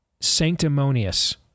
sanctimonious